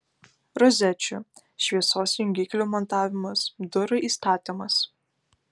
rozečių šviesos jungiklių montavimas durų įstatymas